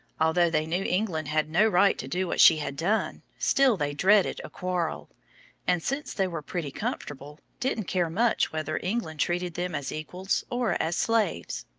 although they knew england had no right to do what she had done, still they dreaded a quarrel and, since they were pretty comfortable, didn't care much whether england treated them as equals or as slaves.